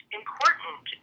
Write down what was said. important